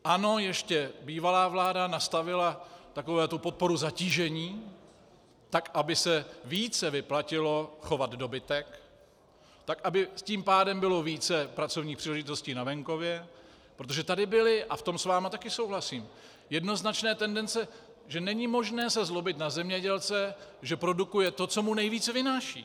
Ano, ještě bývalá vláda nastavila takovou tu podporu zatížení tak, aby se více vyplatilo chovat dobytek, tak aby tím pádem bylo více pracovních příležitostí na venkově, protože tady byly a v tom s vámi také souhlasím jednoznačné tendence, že není možné se zlobit na zemědělce, že produkuje to, co mu nejvíce vynáší.